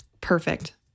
Perfect